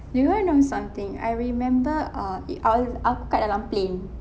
you want to know something something I remember ah it I was aku kat dalam plane